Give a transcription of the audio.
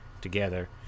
together